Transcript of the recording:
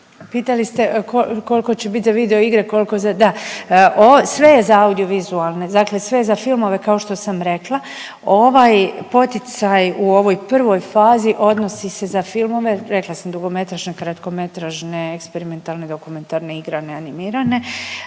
Pitali ste koliko će bit za video igre, koliko za. Da. Ovo, sve je za audiovizualne, dakle sve je za filmove kao što sam rekla. Ovaj poticaj u ovoj prvoj fazi odnosi se za filmove, rekla sam dugometražne, kratkometražne, eksperimentalne, dokumentarne, igrane, animirane.